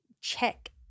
check